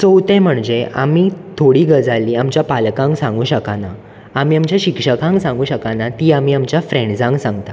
चोवथें म्हणजे आमी थोडीं गजाली आमचे पालकांक सांगूंक शकनात आमी आमचे शिक्षकांक सांगूक शकनात तीं आमी आमच्या फ्रेण्डजांक सांगतां